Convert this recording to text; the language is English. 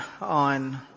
on